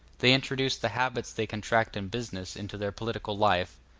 they introduce the habits they contract in business into their political life.